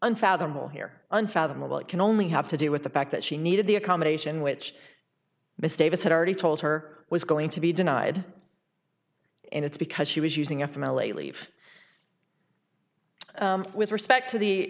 unfathomable here unfathomable it can only have to do with the fact that she needed the accommodation which mistakes had already told her was going to be denied and it's because she was using a from l a leave with respect to the